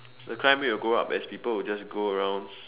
the crime rate would go up as because people would just go around